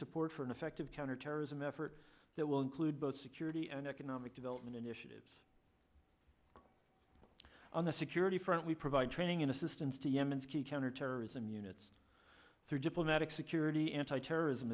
support for an effective counterterrorism effort that will include both security and economic development initiatives on the security front we provide training and assistance to yemen's key counterterrorism units through diplomatic security anti terrorism